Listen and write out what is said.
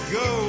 go